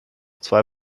zwei